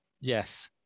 Yes